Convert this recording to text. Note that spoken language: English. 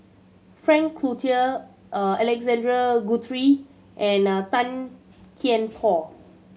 Frank Cloutier Alexander Guthrie and Tan Kian Por